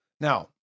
Now